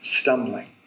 stumbling